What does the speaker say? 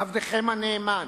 עבדכם הנאמן.